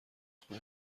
خونه